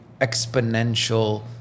exponential